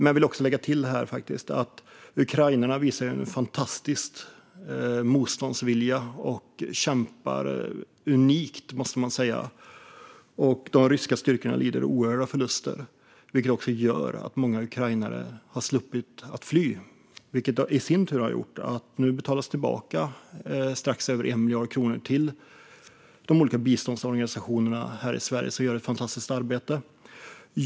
Jag vill lägga till att ukrainarna visar en fantastisk motståndsvilja och kämpar unikt. De ryska styrkorna lider oerhörda förluster, vilket också gör att många ukrainare har sluppit att fly. Det har i sin tur gjort att det nu betalas tillbaka strax över 1 miljard kronor till de olika biståndsorganisationerna här i Sverige, som gör ett fantastiskt arbete.